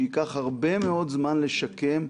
שייקח הרבה מאוד זמן לשקם,